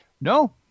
No